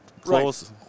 close